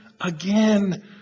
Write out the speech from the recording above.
again